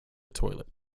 toilet